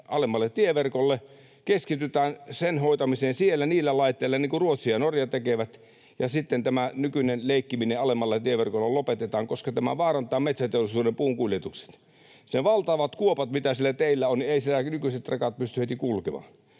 alemmalle tieverkolle, keskitytään sen hoitamiseen siellä niillä laitteilla, niin kuin Ruotsi ja Norja tekevät, ja sitten tämä nykyinen leikkiminen alemmalla tieverkolla lopetetaan, koska tämä vaarantaa metsäteollisuuden puunkuljetukset. Kun on ne valtavat kuopat siellä teillä, niin ei siellä nykyiset rekat pysty kulkemaan.